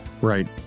right